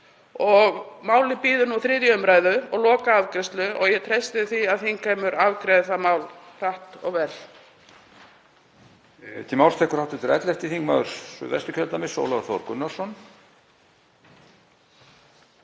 og málið bíður nú 3. umr. og lokaafgreiðslu og ég treysti því að þingheimur afgreiði það mál hratt og vel.